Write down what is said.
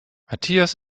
matthias